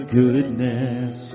goodness